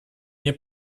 мне